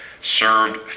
served